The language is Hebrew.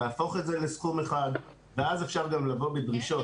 נהפוך את זה לסכום אחד ואז אפשר גם לבוא בדרישות